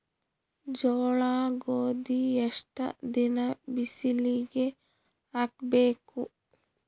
ಜೋಳ ಗೋಧಿ ಎಷ್ಟ ದಿನ ಬಿಸಿಲಿಗೆ ಹಾಕ್ಬೇಕು?